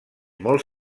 molt